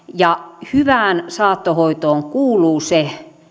ja osaamisesta hyvään saattohoitoon kuuluu se